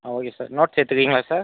ஆ okay sir notes எடுத்துக்கிறிங்களா sir